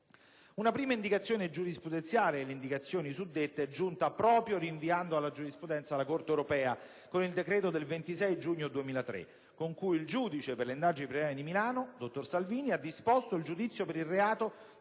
Una prima indicazione giurisprudenziale oltre alle indicazioni suddette è giunta proprio, rinviando alla giurisprudenza della Corte europea, con il decreto del 26 giugno 2003, con cui il giudice per le indagini preliminari di Milano, dottor Guido Salvini, ha disposto il giudizio per il reato